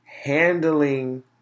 handling